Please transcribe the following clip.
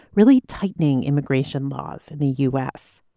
really tightening immigration laws in the u s.